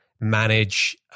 manage